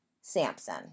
Samson